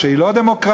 שהיא לא דמוקרטית,